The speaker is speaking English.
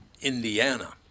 Indiana